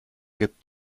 gibt